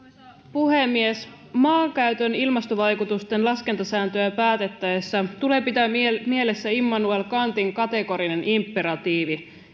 puhemies maankäytön ilmastovaikutusten laskentasääntöä päätettäessä tulee pitää mielessä mielessä immanuel kantin kategorinen imperatiivi